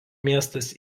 miestas